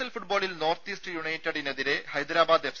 L ഫുട്ബോളിൽ north east യുണൈറ്റഡിനെതിരെ Hyderabad F